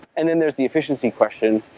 and then there is the efficiency question,